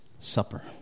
Supper